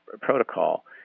protocol